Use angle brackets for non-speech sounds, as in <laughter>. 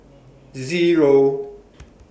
Zero <noise>